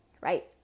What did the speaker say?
right